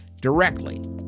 directly